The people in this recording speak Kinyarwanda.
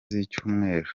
z’icyumweru